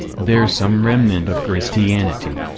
there's some remnant of christianity.